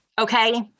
okay